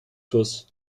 fluss